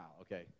okay